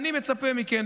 ואני מצפה מכם,